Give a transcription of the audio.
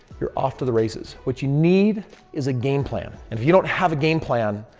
you're off to the races. what you need is a game plan and if you don't have a game plan,